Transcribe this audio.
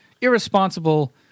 irresponsible